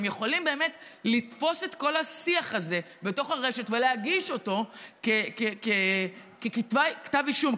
שהם יכולים לתפוס את כל השיח הזה בתוך הרשת ולהגיש אותו ככתב אישום,